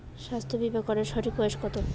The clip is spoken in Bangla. স্বাস্থ্য বীমা করার সঠিক বয়স কত?